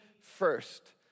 first